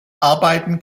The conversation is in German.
arbeiten